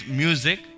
music